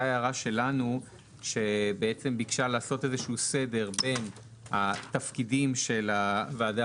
ואם תרצה לתקן את התוספת?